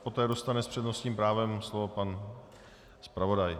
Poté dostane s přednostním právem slovo pan zpravodaj.